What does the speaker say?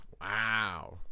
Wow